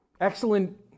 excellent